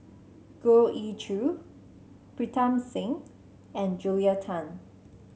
Goh Ee Choo Pritam Singh and Julia Tan